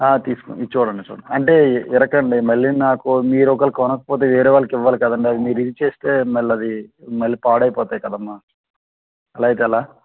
తీసుకోండి చూడండి చూడండి అంటే విరవకండి మళ్ళీ నాకు మీరు ఒకవేళ కొనకపోతే వేరే వాళ్ళకి ఇవ్వాలి కదండి అది మీరు విరిచేస్తే మళ్ళీ అది మళ్ళీ పాడైపోతాయి కదమ్మ అలా అయితే ఎలా